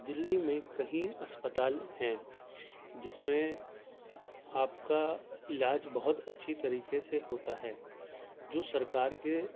دلی میں کہیں اسپتال ہیں جس میں آپ کا علاج بہت اچھی طریقے سے ہوتا ہے جو سرکار کے